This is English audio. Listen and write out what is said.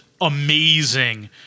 Amazing